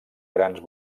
grans